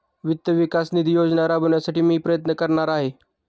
वित्त विकास निधी योजना राबविण्यासाठी मी प्रयत्न करणार आहे